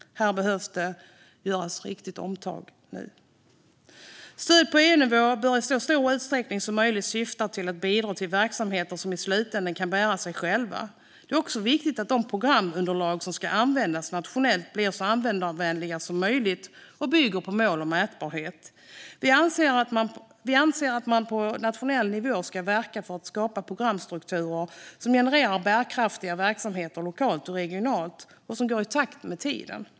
Här behövs ett riktigt omtag nu. Stöd på EU-nivå bör i så stor utsträckning som möjligt syfta till att bidra till verksamheter som i slutändan kan bära sig själva. Det är också viktigt att de programunderlag som ska användas nationellt blir så användarvänliga som möjligt och bygger på mål och mätbarhet. Vi anser att man på nationell nivå ska verka för att skapa programstrukturer som genererar bärkraftiga verksamheter lokalt och regionalt och som går i takt med tiden.